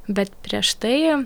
bet prieš tai